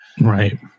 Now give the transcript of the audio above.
Right